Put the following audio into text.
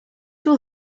will